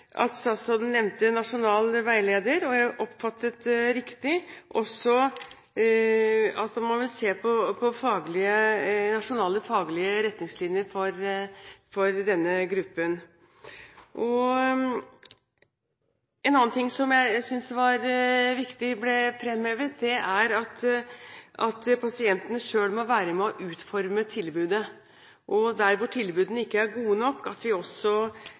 at statsråden nevnte nasjonal veileder, og jeg oppfattet også at man vil se på nasjonale faglige retningslinjer for denne gruppen. Andre ting jeg synes var viktig ble fremhevet, var at pasienten selv må være med og utforme tilbudet, at der tilbudene ikke er gode nok, må vi også